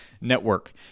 Network